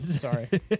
Sorry